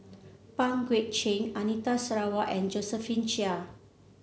Pang Guek Cheng Anita Sarawak and Josephine Chia